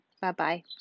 Bye-bye